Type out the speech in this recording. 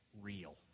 real